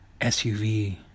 SUV